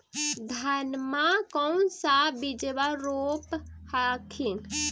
धनमा कौन सा बिजबा रोप हखिन?